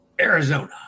Arizona